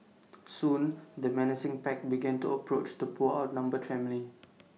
soon the menacing pack began to approach the poor outnumbered family